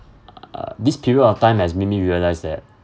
uh this period of time has made me realise that